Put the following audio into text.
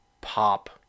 pop